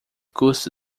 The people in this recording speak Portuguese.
custa